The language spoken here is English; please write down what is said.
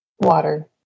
water